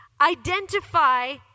Identify